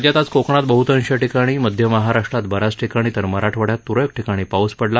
राज्यात आज कोकणात बहुतेक ठिकाणी मध्य महाराष्ट्रात ब याच ठिकाणी तर मराठवाड्यात तुरळक ठिकाणी पाऊस पडला